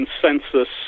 consensus